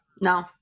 no